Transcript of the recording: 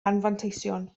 anfanteision